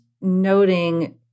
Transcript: noting